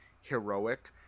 heroic